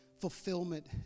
fulfillment